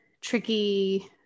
tricky